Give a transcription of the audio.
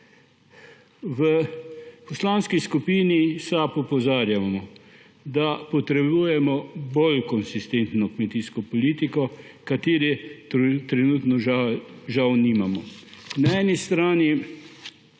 V Poslanski skupini SAB opozarjamo, da potrebujemo bolj konsistentno kmetijsko politiko, ki je trenutno žal nimamo. Na eni strani